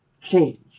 Change